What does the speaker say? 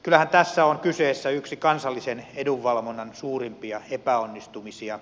kyllähän tässä on kyseessä yksi kansallisen edunvalvonnan suurimmista epäonnistumisista